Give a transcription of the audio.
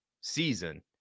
season